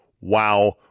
Wow